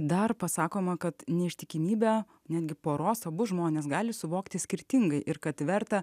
dar pasakoma kad neištikimybę netgi poros abu žmonės gali suvokti skirtingai ir kad verta